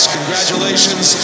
Congratulations